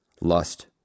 lust